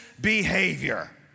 behavior